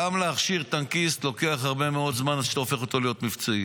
גם להכשיר טנקיסט לוקח הרבה מאוד זמן עד שאתה הופך אותו להיות מבצעי,